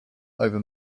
over